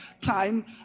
time